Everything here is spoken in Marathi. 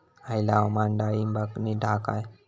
हयला हवामान डाळींबाक नीट हा काय?